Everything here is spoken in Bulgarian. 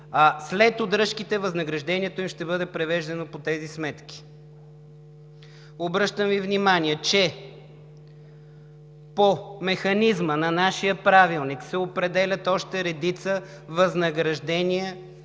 а след удръжките възнаграждението им ще бъде превеждано по тези сметки. Обръщам Ви внимание, че по механизма на нашия Правилник се определят още редица възнаграждения